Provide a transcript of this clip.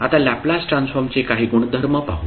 आता लॅपलास ट्रान्सफॉर्मचे काही गुणधर्म पाहू